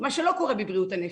מה שלא קורה בבריאות הנפש.